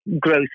Growth